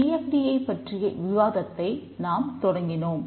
TFT ஐப் பற்றிய விவாதத்தை நாம் தொடங்கினோம்